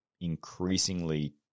increasingly